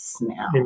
now